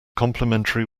complimentary